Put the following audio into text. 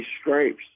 scrapes